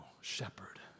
shepherd